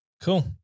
Cool